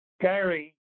Gary